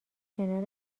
کنار